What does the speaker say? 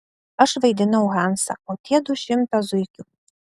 aš vaidinau hansą o tie du šimtą zuikių